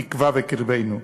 תקווה בקרבנו.